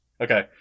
Okay